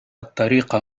الطريق